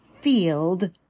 field